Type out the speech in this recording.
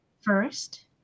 first